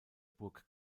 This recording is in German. burg